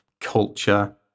culture